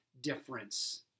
difference